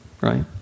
right